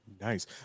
nice